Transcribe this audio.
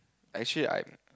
actually I'm